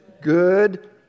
good